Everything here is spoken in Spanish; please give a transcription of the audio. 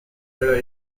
era